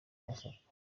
masaka